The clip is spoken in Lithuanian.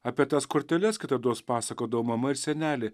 apie tas korteles kitados pasakodavo mama ar senelė